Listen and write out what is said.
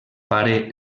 pare